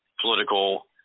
political